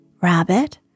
Rabbit